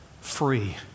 free